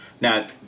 Now